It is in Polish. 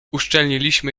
uszczelniliśmy